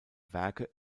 werke